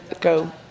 go